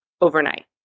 overnight